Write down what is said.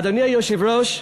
אדוני היושב-ראש,